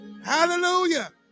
Hallelujah